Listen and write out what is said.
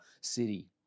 city